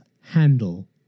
handle